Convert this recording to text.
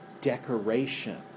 decoration